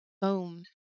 boom